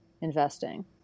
investing